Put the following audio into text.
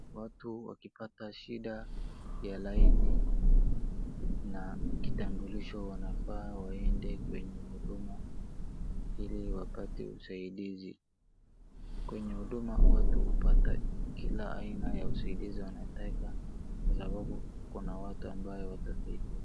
Watu wakipata shida ya laini na kitambulisho wanafaa waende kwenye Huduma ili wapate usaidizi. Kwenye Huduma watu hupata kila aina ya usaidizi wanataka kwa sababu kuna watu ambayo watasaidia.